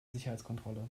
sicherheitskontrolle